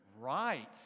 Right